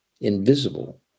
invisible